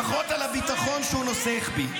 לפחות על הביטחון שהוא נוסך בי.